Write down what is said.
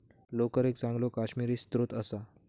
लोकर एक चांगलो काश्मिरी स्त्रोत असा